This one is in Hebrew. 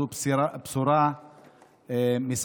זו באמת בשורה משמחת,